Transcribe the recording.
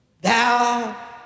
thou